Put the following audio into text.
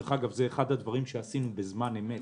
דרך אגב, זה אחד הדברים שעשינו בזמן אמת.